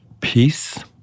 peace